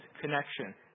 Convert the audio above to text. connection